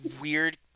weird